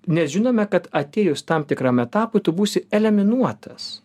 nes žinome kad atėjus tam tikram etapui tu būsi eliminuotas